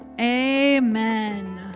amen